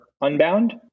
unbound